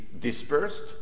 dispersed